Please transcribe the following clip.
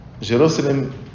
Jerusalem